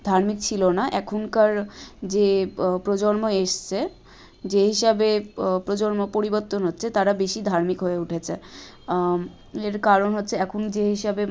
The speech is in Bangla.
ধার্মিক ছিলো না এখনকার যে প্রজন্ম এসছে যে হিসাবে প্রজন্ম পরিবর্তন হচ্চে তারা বেশি ধার্মিক হয়ে উঠেছে এর কারণ হচ্ছে এখন যে হিসাবে